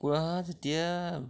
কুকুৰা যেতিয়া